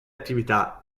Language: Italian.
attività